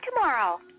tomorrow